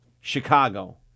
Chicago